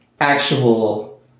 actual